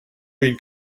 been